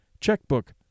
checkbook